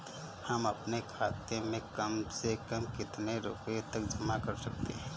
हम अपने खाते में कम से कम कितने रुपये तक जमा कर सकते हैं?